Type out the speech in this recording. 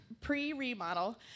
pre-remodel